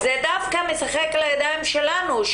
זה דווקא משחק לידיים שלנו,